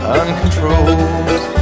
uncontrolled